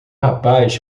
rapaz